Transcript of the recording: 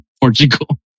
Portugal